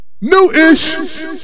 New-ish